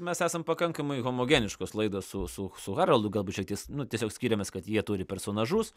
mes esam pakankamai homogeniškos laidos su su su haroldu galbūt šiek tiek nu tiesiog skiriamės kad jie turi personažus